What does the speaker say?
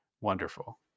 wonderful